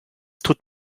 tut